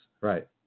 right